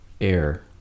air